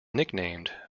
nicknamed